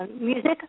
music